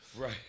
Right